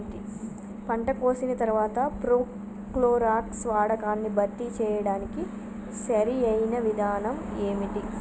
పంట కోసిన తర్వాత ప్రోక్లోరాక్స్ వాడకాన్ని భర్తీ చేయడానికి సరియైన విధానం ఏమిటి?